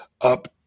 up